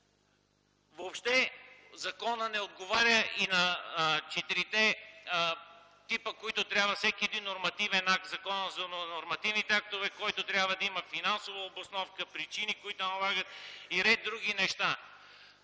защита. Законът не отговаря и на четирите типа, които всеки един нормативен акт – Законът за нормативните актове, според който трябва да има финансова обосновка, причини, които да налагат, и ред други неща.